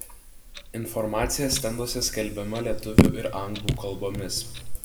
informacija stenduose skelbiama lietuvių ir anglų kalbomis